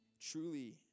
truly